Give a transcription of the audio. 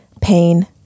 pain